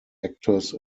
actors